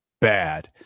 bad